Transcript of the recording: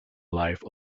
life